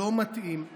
לא מתאימה